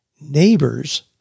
neighbors